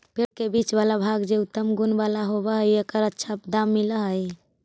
पेड़ के बीच वाला भाग जे उत्तम गुण वाला होवऽ हई, एकर अच्छा दाम मिलऽ हई